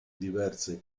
diverse